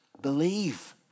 believe